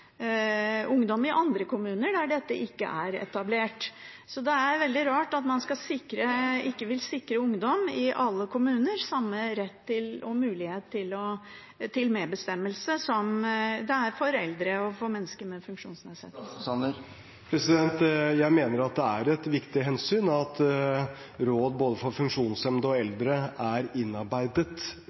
ungdom i andre kommuner. Så det er veldig rart at man ikke vil sikre ungdom i alle kommuner samme rett og mulighet til medbestemmelse som det er for eldre og for mennesker med funksjonsnedsettelse. Jeg mener at det er et viktig hensyn at råd for både funksjonshemmede og eldre er innarbeidet